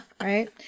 right